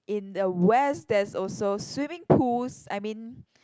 in the west there's also swimming pools I mean